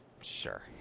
Sure